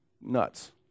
nuts